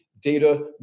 data